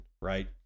right